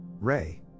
Ray